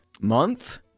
month